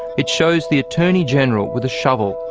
it shows the attorney general with a shovel,